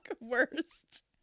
worst